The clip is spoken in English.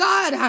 God